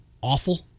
awful